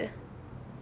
ya that's to it